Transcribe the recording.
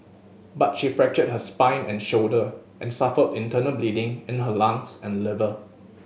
but she fractured her spine and shoulder and suffered internal bleeding in her lungs and liver